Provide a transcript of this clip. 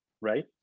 right